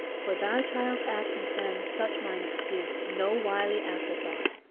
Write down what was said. for thy child's absence then such mine excuse, no wily afterthought.